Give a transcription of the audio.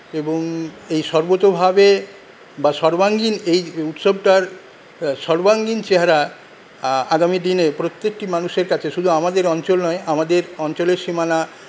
এবং এই সর্বতোভাবে বা সর্বাঙ্গীণ এই উৎসবটার সর্বাঙ্গীণ চেহারা আগামী দিনে প্রত্যেকটি মানুষের কাছে শুধু আমাদের অঞ্চল নয় আমাদের অঞ্চলের সীমানা